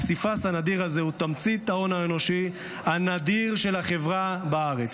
הפסיפס הנדיר הזה הוא תמצית ההון האנושי הנדיר של החברה בארץ,